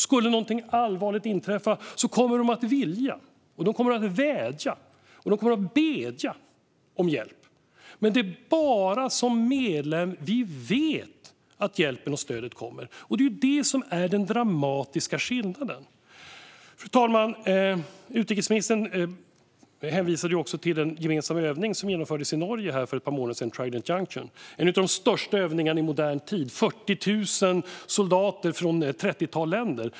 Skulle något allvarligt inträffa kommer de att vilja ha hjälp; de kommer att vädja och bedja. Men det är bara som medlem man vet att hjälpen och stödet kommer, och det är detta som är den dramatiska skillnaden. Fru talman! Utrikesministern hänvisade också till den gemensamma övning som genomfördes i Norge för ett par månader sedan, Trident Juncture. Det var en av de största övningarna i modern tid, med 40 000 soldater från ett trettiotal länder.